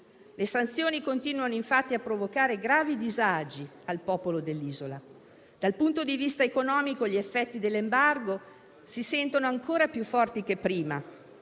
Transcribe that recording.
Le sanzioni continuano infatti a provocare gravi disagi al popolo dell'isola. Dal punto di vista economico, gli effetti dell'embargo si sentono ancora più forti di prima.